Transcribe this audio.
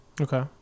Okay